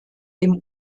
dem